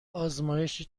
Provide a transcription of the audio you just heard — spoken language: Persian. آزمایش